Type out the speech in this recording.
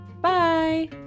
bye